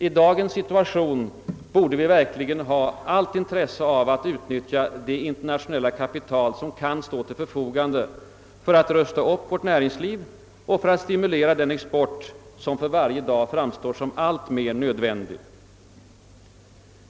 I dagens situation borde vi verkligen ha allt intresse av att utnyttja det internationella kapital som kan stå till förfogande för att rusta upp vårt näringsliv och stimulera den export som för varje dag framstår som alltmer nödvändig.